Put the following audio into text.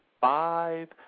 five